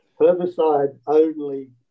Herbicide-only